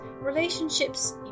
relationships